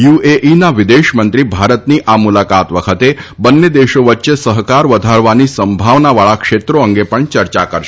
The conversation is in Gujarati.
યુએઈના વિદેશમંત્રી ભારતની આ મુલાકાત વખતે બંને દેશો વચ્ચે સહકાર વધારવાની સંભાવનાવાળા ક્ષેત્રો અંગે ચર્ચા કરશે